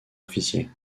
officier